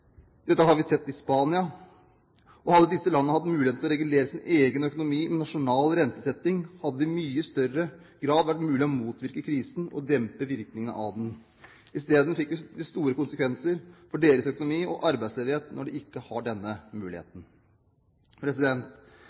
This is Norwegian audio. Dette har vi sett i Spania. Hadde disse landene hatt muligheten til å regulere sin egen økonomi og nasjonale rentesetting, hadde det i mye større grad vært mulig å motvirke krisen og dempe virkningene av den. I stedet fikk den store konsekvenser for økonomien og arbeidsledigheten – fordi man ikke hadde denne muligheten.